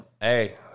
Hey